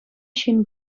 ҫын